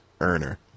earner